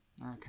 Okay